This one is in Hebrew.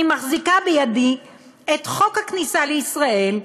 אני מחזיקה בידי את חוק הכניסה לישראל,